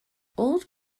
old